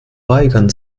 weigern